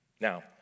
now